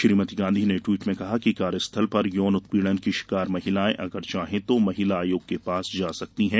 श्रीमती गांधी ने ट्वीट में कहा है कि कार्यस्थल पर यौन उत्पीड़न की शिकार महिलाएं अगर चाहें तो महिला आयोग के पास जा सकती हैं